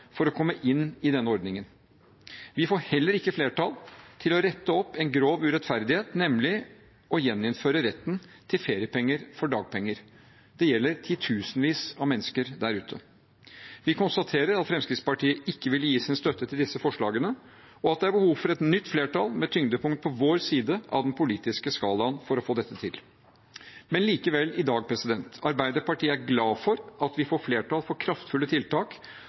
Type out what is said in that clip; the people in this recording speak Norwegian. for å komme inn i denne ordningen. Vi får heller ikke flertall for å rette opp en grov urettferdighet, nemlig å gjeninnføre retten til feriepenger for dagpenger. Det gjelder titusenvis av mennesker der ute. Vi konstaterer at Fremskrittspartiet ikke ville gi sin støtte til disse forslagene, og at det er behov for et nytt flertall med tyngdepunkt på vår side av den politiske skalaen for å få dette til. Men likevel: Arbeiderpartiet er glad for at vi i dag får flertall for kraftfulle tiltak